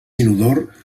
inodor